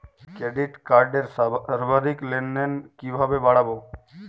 Credit কার্ডের সর্বাধিক লেনদেন কিভাবে বাড়াবো?